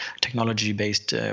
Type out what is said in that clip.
technology-based